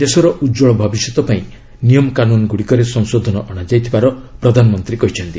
ଦେଶର ଉଜ୍ୱଳ ଭବିଷ୍ୟତ ପାଇଁ ନିୟମକାନୁନ ଗୁଡ଼ିକରେ ସଂଶୋଧନ ଅଣାଯାଇଥିବାର ପ୍ରଧାନମନ୍ତ୍ରୀ କହିଛନ୍ତି